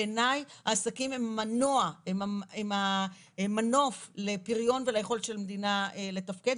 בעיניי העסקים הם המנוף לפריון וליכולת של מדינה לתפקד.